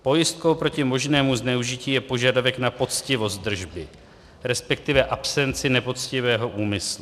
Pojistkou proti možnému zneužití je požadavek na poctivost držby, resp. absenci nepoctivého úmyslu.